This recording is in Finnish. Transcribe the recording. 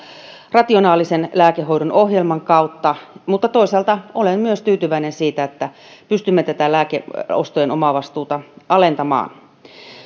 rationaalisen lääkehoidon ohjelman kautta mutta toisaalta olen myös tyytyväinen siihen että pystymme tätä lääkeostojen omavastuuta alentamaan